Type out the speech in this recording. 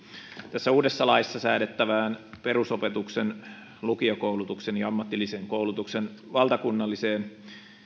tässä uudessa laissa säädettävään perusopetuksen lukiokoulutuksen ja ammatillisen koulutuksen valtakunnalliseen